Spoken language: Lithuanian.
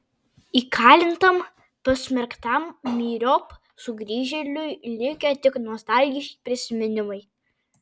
įkalintam pasmerktam myriop sugrįžėliui likę tik nostalgiški prisiminimai